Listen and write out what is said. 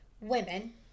women